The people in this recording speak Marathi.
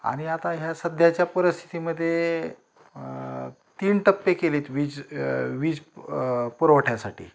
आणि आता ह्या सध्याच्या परिस्थितीमध्ये तीन टप्पे केलेत वीज वीज पुरवठ्यासाठी